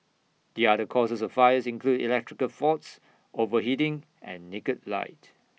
the other causes of fires include electrical faults overheating and naked light